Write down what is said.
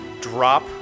drop